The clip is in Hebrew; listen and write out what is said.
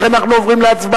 עכשיו אני רוצה להשיב,